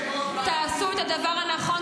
תעשו את הדבר הנכון,